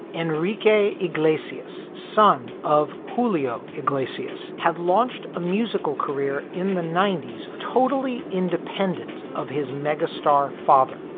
enrique iglesias, son of julio iglesias, had launched a musical career in the ninety s. totally independent of his megastar father,